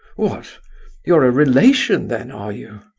what you're a relation then, are you?